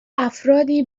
افرادی